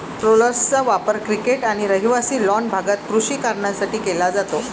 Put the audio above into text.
रोलर्सचा वापर क्रिकेट आणि रहिवासी लॉन भागात कृषी कारणांसाठी केला जातो